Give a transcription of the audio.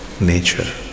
nature